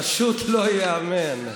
פשוט לא ייאמן.